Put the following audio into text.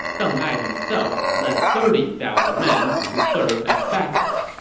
deng ai himself led thirty thousand men to serve as backup